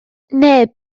neb